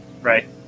Right